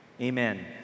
amen